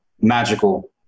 magical